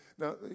Now